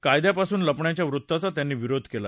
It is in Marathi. कायद्या पासून लपण्याच्या वृत्ताचा त्यांनी विरोध केला